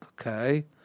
Okay